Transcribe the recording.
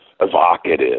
evocative